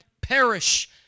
perish